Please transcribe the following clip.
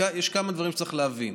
יש כמה דברים שצריך להבין.